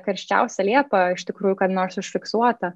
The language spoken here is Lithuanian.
karščiausią liepą iš tikrųjų kada nors užfiksuotą